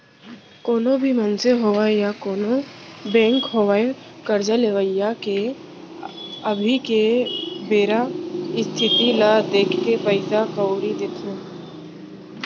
कोनो भी मनसे होवय या कोनों बेंक होवय करजा लेवइया के अभी के बेरा इस्थिति ल देखके पइसा कउड़ी देथे